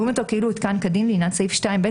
רואים אותו כאילו הותקן כדין לעניין סעיף 2(ב)